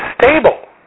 stable